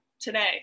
today